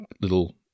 little